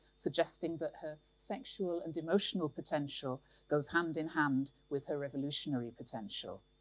suggesting that her sexual and emotional potential goes hand-in-hand with her revolutionary potential.